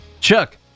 Chuck